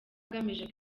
agamije